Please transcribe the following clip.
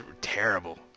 terrible